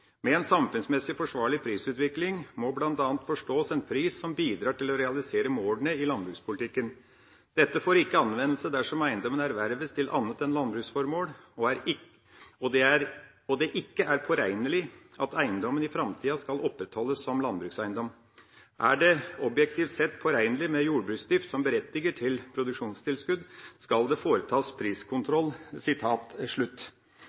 Med en samfunnsmessig forsvarlig prisutvikling må bl.a. forstås en pris som bidrar til å realisere målene i landbrukspolitikken. Dette får ikke anvendelse dersom eiendommen erverves til annet enn landbruksformål og det ikke er påregnelig at eiendommen i fremtiden skal opprettholdes som landbrukseiendom. Er det objektivt sett påregnelig med jordbruksdrift som berettiger til produksjonstilskudd, skal det foretas